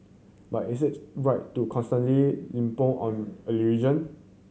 but is it right to constantly lampoon on a religion